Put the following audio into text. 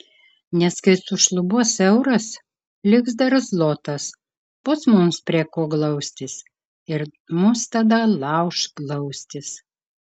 nes kai sušlubuos euras liks dar zlotas bus mums prie ko glaustis ir mus tada lauš glaustis